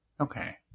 Okay